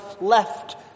left